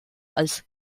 als